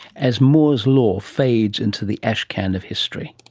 as moore's law fades into the ash can of history